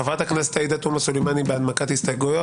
חברת הכנסת עאידה תומא סלימאן היא בהנמקת הסתייגויות.